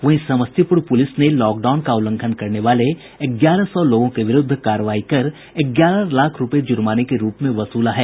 वहीं समस्तीपुर पुलिस ने लॉकडाउन का उल्लंघन करने वाले ग्यारह सौ लोगों के विरूद्ध कार्रवाई कर ग्यारह लाख रूपये जुर्माने के रूप में वसूला है